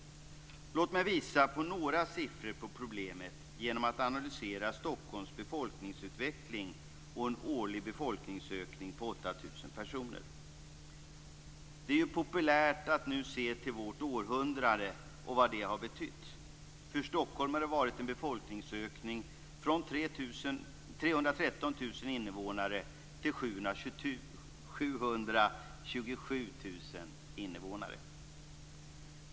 Låt mig visa på några siffror över problemet genom att analysera Stockholms befolkningsutveckling och en årlig befolkningsökning om 8 000 personer. Det är ju populärt att nu se till vad vårt århundrade har betytt. För Stockholm har det inneburit en befolkningsökning från 313 000 invånare till 727 000 invånare.